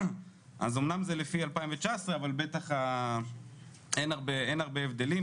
אז אמנם זה לפי 2019 אבל בטח אין הרבה הבדלים,